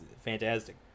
fantastic